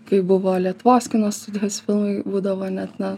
kai buvo lietuvos kino studijos filmai būdavo net na